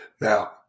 Now